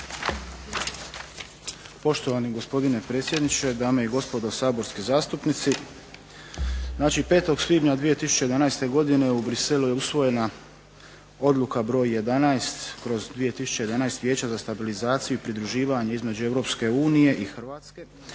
Poštovani gospodine predsjedniče, dame i gospodo saborski zastupnici. Znači, 5. svibnja 2011. godine u Bruxellesu je usvojena Odluka br. 11/2011 Vijeća za stabilizaciju i pridruživanje između Europske unije i Hrvatske